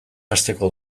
hasteko